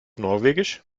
norwegisch